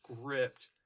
script